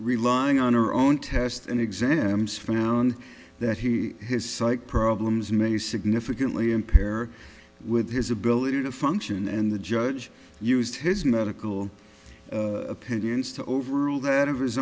relying on her own tests and exams found that he has psych problems may significantly impair with his ability to function and the judge used his medical opinions to overrule that of his